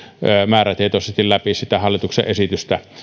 määrätietoisesti läpi sitä hallituksen esitystä